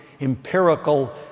empirical